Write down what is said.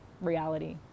reality